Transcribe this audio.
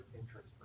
interest